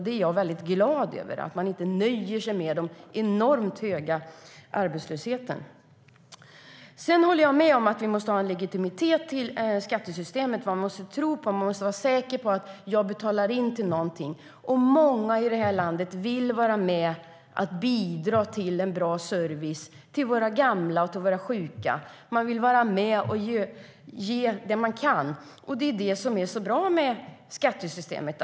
Jag är väldigt glad över att man inte nöjer sig med den enormt höga arbetslösheten. Sedan håller jag med om att det måste finnas en legitimitet för skattesystemet. Man måste kunna vara säker på att man betalar för någonting. Många i det här landet vill vara med och bidra till en bra service till våra gamla och sjuka. Man vill vara med och ge det som man kan ge. Det är det som är så bra med skattesystemet.